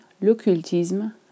l'occultisme